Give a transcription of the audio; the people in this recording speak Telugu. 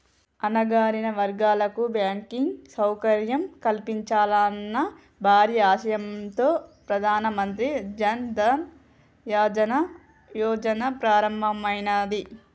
అణగారిన వర్గాలకు బ్యాంకింగ్ సౌకర్యం కల్పించాలన్న భారీ ఆశయంతో ప్రధాన మంత్రి జన్ ధన్ యోజన ప్రారంభమైనాది